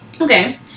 Okay